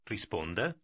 Risponda